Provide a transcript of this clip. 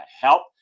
help